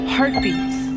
Heartbeats